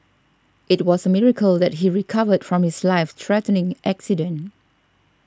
it was miracle that he recovered from his life threatening accident